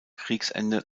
kriegsende